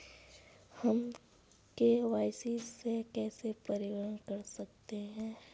हम के.वाई.सी में कैसे परिवर्तन कर सकते हैं?